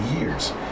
years